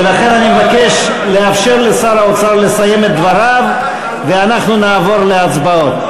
ולכן אני מבקש לאפשר לשר האוצר לסיים את דבריו ואנחנו נעבור להצבעות.